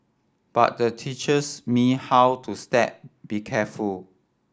but the teachers me how to step be careful